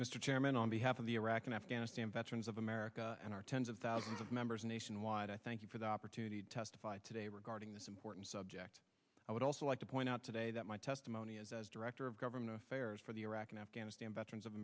mr chairman on behalf of the iraq and afghanistan veterans of america and our tens of thousands of members nationwide i thank you for the opportunity to testify today regarding this important subject i would also like to point out today that my testimony as as director of government affairs for the iraq and afghanistan veterans of